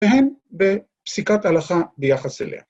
‫והן בפסיקת הלכה ביחס אליה.